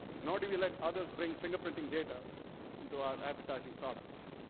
nordo we let others bring fingerprinting data into our advertising products.